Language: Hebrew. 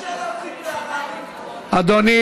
לא,